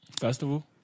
Festival